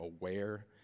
aware